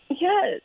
Yes